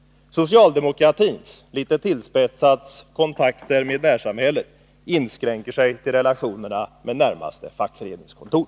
Socialdemokratins kontakt — litet tillspetsat — med närsamhället inskränker sig till relationerna med närmaste fackföreningskontor.